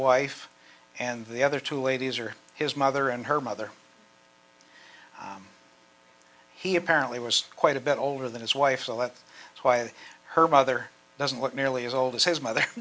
wife and the other two ladies are his mother and her mother he apparently was quite a bit older than his wife so that is why her mother doesn't look nearly as old as his mother